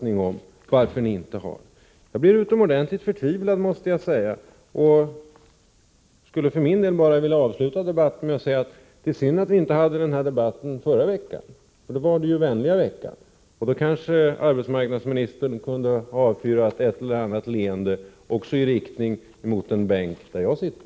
Jag blir faktiskt utomordentligt förtvivlad. Jag vill för min del avsluta debatten med att säga att det är synd att vi inte hade denna debatt förra veckan. Då var det ju vänliga veckan, och då kanske arbetsmarknadsministern kunde ha avfyrat ett eller annat leende också i riktning mot den bänk där jag sitter.